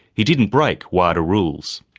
he didn't break wada rules.